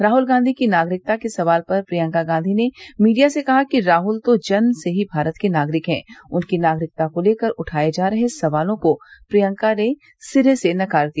राहल गांधी की नागरिकता के सवाल पर प्रियंका गांधी ने मीडिया से कहा कि राहुल तो जन्म से ही भारत के नागरिक है उनकी नागरिकता को लेकर उठाये जा रहे सवालों को प्रियंका ने सिरे से नकार दिया